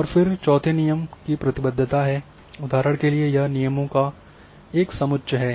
और फिर चौथे नियमों की प्रतिबद्धता है उदाहरण के लिए यह नियमों का एक समुच्च है